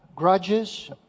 grudges